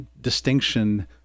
distinction